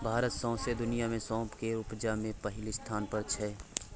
भारत सौंसे दुनियाँ मे सौंफ केर उपजा मे पहिल स्थान पर छै